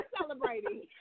celebrating